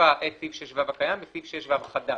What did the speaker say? מחליפה את סעיף 6(ו) הקיים וסעיף 6(ו) חדש.